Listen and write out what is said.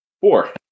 Four